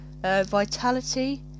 Vitality